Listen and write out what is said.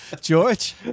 George